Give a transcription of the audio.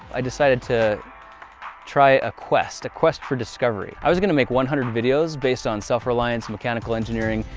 i decided to try a quest. a quest for discovery. i was gonna make one hundred videos based on self-reliance, mechanical engineering,